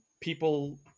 people